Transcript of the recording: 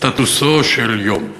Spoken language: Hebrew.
סטטוסו של יום: